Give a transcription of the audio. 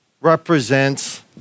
represents